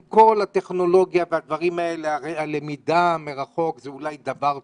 עם כל הטכנולוגיה, הלמידה מרחוק זה אולי דבר טוב,